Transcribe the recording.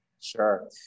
Sure